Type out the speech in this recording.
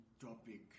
topic